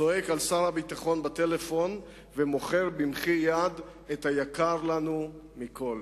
צועק על שר הביטחון בטלפון ומוכר במחי-יד את היקר לנו מכול.